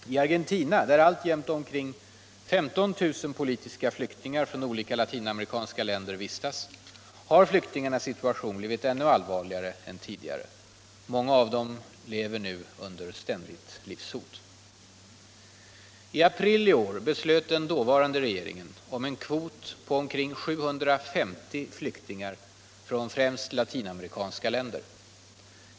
I Argentina, där alltjämt ca 15 000 politiska flyktingar från olika latinamerikanska länder vistas, har flyktingarnas situation blivit ännu allvarligare än tidigare. Många av dem lever nu under ständigt livshot. I april i år beslöt den dåvarande regeringen om en kvot på ca 750 flyktingar från främst latinamerikanska länder.